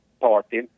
Party